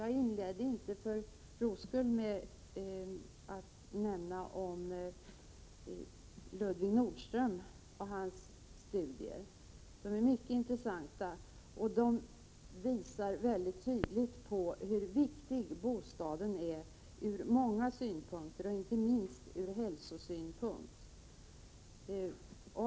Jag inledde inte för ros skull med att nämna Ludvig Nordström och hans studier. De är mycket intressanta och visar tydligt hur viktig bostaden är ur många synpunkter och inte minst ur hälsosynpunkt.